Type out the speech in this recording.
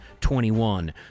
21